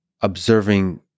observing